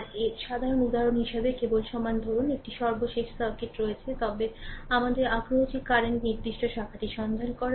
আর এর সাধারণ উদাহরণ হিসাবে কেবল সমান ধরুন একটি সর্বশেষ সার্কিট রয়েছে তবে আমাদের আগ্রহটি কারেন্ট নির্দিষ্ট শাখাটি সন্ধান করা